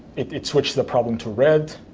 it it switched the problem to red.